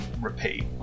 repeat